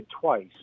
twice